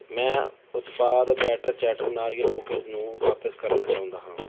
ਮੈਂ ਉਤਪਾਦ batter chatter ਨਾਰੀਅਲ ਕੂਕੀਜ਼ ਨੂੰ ਵਾਪਿਸ ਕਰਨਾ ਚਾਹੁੰਦਾ ਹਾਂ